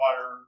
fire